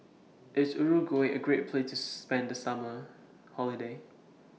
IS Uruguay A Great Place to spend The Summer Holiday